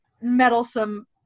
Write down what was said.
meddlesome